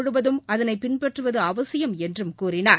முழுவதும் அதனைபின்பற்றுவதுஅவசியம் என்றும் கூறினார்